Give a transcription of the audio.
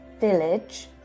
village